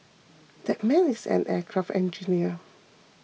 that man is an aircraft engineer